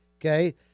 Okay